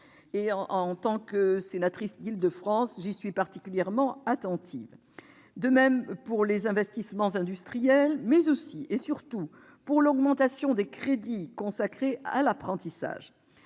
En tant que sénatrice d'Île-de-France, j'y suis particulièrement attentive. Je pense également aux investissements industriels, mais aussi et surtout à l'augmentation des crédits consacrés à l'apprentissage.